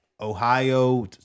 Ohio